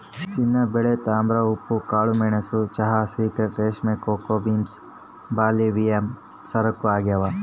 ಚಿನ್ನಬೆಳ್ಳಿ ತಾಮ್ರ ಉಪ್ಪು ಕಾಳುಮೆಣಸು ಚಹಾ ಸಿಗರೇಟ್ ರೇಷ್ಮೆ ಕೋಕೋ ಬೀನ್ಸ್ ಬಾರ್ಲಿವಿನಿಮಯ ಸರಕು ಆಗ್ಯಾವ